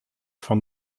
von